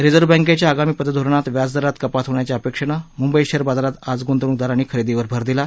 reserve बँकेच्या आगामी पतधोरणात व्याजदरात कपात होण्याच्या अपेक्षेनं मुंबई शेअर बाजारात आज गुंतवणूकदारांनी खरेदीवर भर दिला